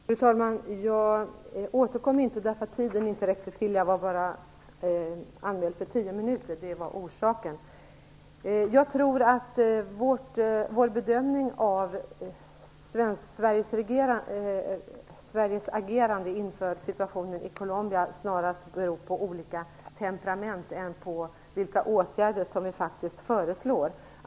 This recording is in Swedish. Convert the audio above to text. Fru talman! Orsaken till att jag inte återkom var att tiden inte räckte till. Jag var anmäld bara för tio minuters taletid. Jag tror att skillnaden i vår bedömning av Sveriges agerande inför situationen i Colombia snarast ligger i olikheter i temperament än i de åtgärder som vi faktiskt föreslår.